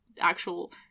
actual